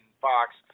Fox